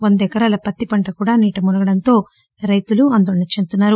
వందల ఎకరాల పత్తి పంట నీట మునగడం తో రైతులు ఆందోళన చెందుతున్నారు